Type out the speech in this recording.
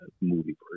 movie